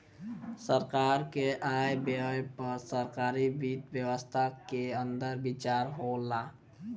सरकार के आय व्यय पर सरकारी वित्त व्यवस्था के अंदर विचार होला